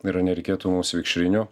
ir ar nereikėtų mums vikšrinių